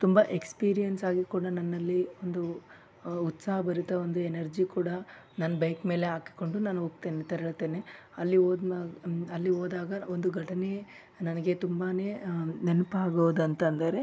ತುಂಬ ಎಕ್ಸ್ಪೀರಿಯನ್ಸ್ ಆಗಿ ಕೂಡ ನನ್ನಲ್ಲಿ ಒಂದು ಉತ್ಸಾಹಭರಿತ ಒಂದು ಎನರ್ಜಿ ಕೂಡ ನನ್ನ ಬೈಕ್ ಮೇಲೆ ಹಾಕಿಕೊಂಡು ನಾನು ಹೋಗ್ತೇನೆ ತೆರಳುತ್ತೇನೆ ಅಲ್ಲಿ ಹೋದ್ಮ ಅಲ್ಲಿ ಹೋದಾಗ ಒಂದು ಘಟನೆ ನನಗೆ ತುಂಬಾ ನೆನ್ಪಾಗೋದು ಅಂತಂದರೆ